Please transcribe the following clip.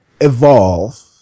Evolve